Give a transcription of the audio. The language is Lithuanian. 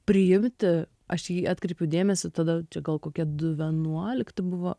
priimti aš į jį atkreipiu dėmesį tada čia gal kokie du vienuolikti buvo